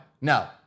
No